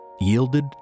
yielded